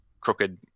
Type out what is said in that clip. crooked